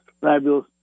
fabulous